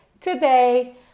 today